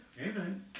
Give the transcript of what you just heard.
Amen